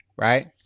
right